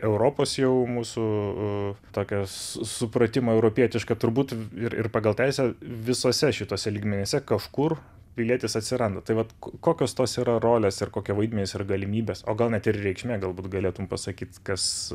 europos jau mūsų tokios supratimą europietišką turbūt ir ir pagal teisę visuose šituose lygmenyse kažkur pilietis atsiranda tai vat kokios tos yra rolės ir kokie vaidmenys ir galimybės o gal net ir reikšmė galbūt galėtum pasakyt kas